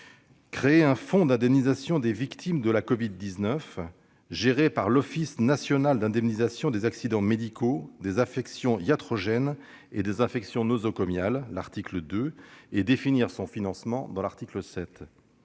crée un fonds d'indemnisation des victimes de la covid-19, géré par l'Office national d'indemnisation des accidents médicaux, des affections iatrogènes et des infections nosocomiales (Oniam), le financement de ce